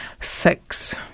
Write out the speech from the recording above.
six